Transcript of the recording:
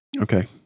Okay